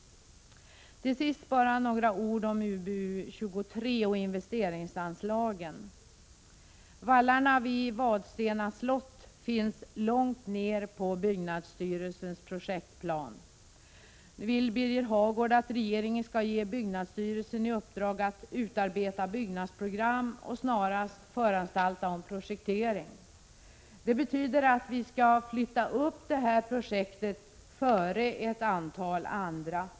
Till sist bara några ord om betänkandet UbU:23 och investeringsanslagen. Vallarna vid Vadstena slott finns långt ner på byggnadsstyrelsens projektplan. Nu vill Birger Hagård att regeringen skall ge byggnadsstyrelsen i uppdrag att utarbeta byggnadsprogram och snarast föranstalta om projektering. Det betyder att vi skall flytta upp det här projektet och sätta det före ett flertal andra.